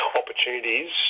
opportunities